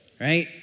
right